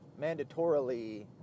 mandatorily